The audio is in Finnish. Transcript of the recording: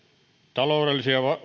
taloudellisista